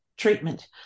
treatment